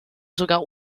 sogar